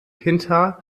hinter